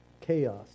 Chaos